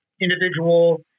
individual